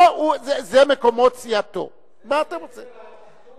זה מקומות סיעתו, מה אתה רוצה?